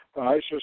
Isis